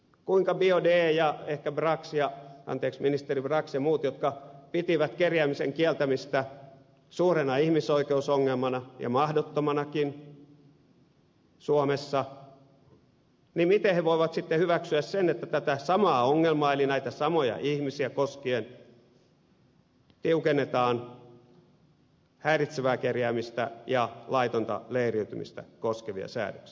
kuinka biaudet ja ehkä ministeri brax ja muut jotka pitivät kerjäämisen kieltämistä suurena ihmisoikeusongelmana ja mahdottomanakin suomessa voivat sitten hyväksyä sen että tätä samaa ongelmaa eli näitä samoja ihmisiä koskien tiukennetaan häiritsevää kerjäämistä ja laitonta leiriytymistä koskevia säädöksiä